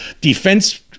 defense